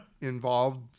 involved